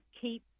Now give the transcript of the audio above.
keep